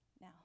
Now